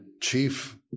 chief